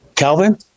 Calvin